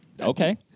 Okay